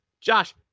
Josh